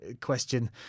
question